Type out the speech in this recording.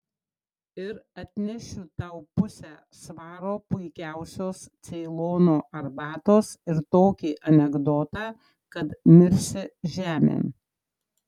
ir atnešiu tau pusę svaro puikiausios ceilono arbatos ir tokį anekdotą kad mirsi žemėn